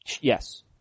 Yes